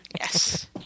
Yes